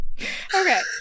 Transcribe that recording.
okay